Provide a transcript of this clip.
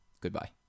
goodbye